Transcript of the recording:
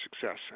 success